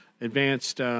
advanced